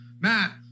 Matt